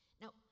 Now